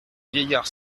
vieillard